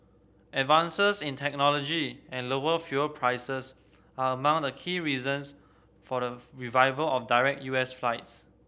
advances in technology and lower fuel prices are among the key reasons for the revival of direct U S flights